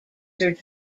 sir